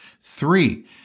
Three